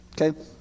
okay